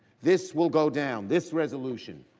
this will go down, this resolution,